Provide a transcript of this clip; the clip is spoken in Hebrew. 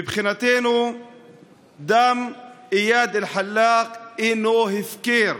מבחינתנו דם איאד אלחלאק אינו הפקר.